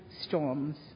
storms